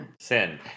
Sin